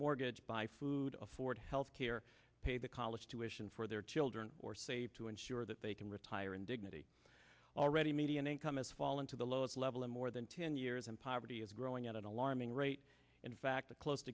mortgage buy food afford health care pay the college tuition for their children or save to ensure that they can retire in dignity already median income has fallen to the lowest level in more than ten years and poverty is growing at an alarming rate in fact the close